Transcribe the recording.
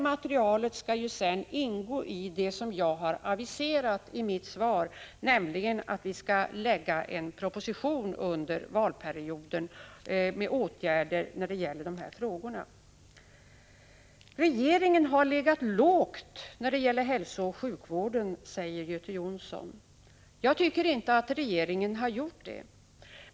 Materialet skall sedan ingå i den proposition med åtgärder i dessa frågor som jag i mitt svar har aviserat att vi skall lägga fram under valperioden. Regeringen har legat lågt när det gäller hälsooch sjukvården, säger Göte Jonsson. Jag tycker inte att regeringen har gjort det.